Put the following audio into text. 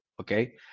okay